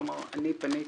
כלומר אני פניתי,